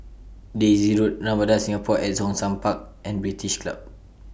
Daisy Road Ramada Singapore At Zhongshan Park and British Club